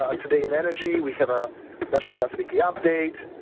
ah today in energy. we have a natural gas weekly update.